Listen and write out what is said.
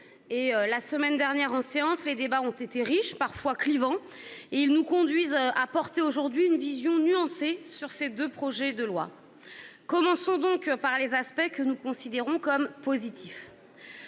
La semaine dernière, en séance, les débats ont été riches et parfois clivants ; ils nous conduisent à porter aujourd'hui un regard nuancé sur ces deux projets de loi. Commençons par les aspects que nous considérons comme positifs.